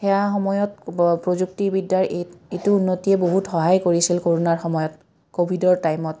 সেয়া সময়ত প্ৰযুক্তিবিদ্যাৰ এই এইটো উন্নতিয়ে বহুত সহায় কৰিছিল কৰোণাৰ সময়ত ক'ভিডৰ টাইমত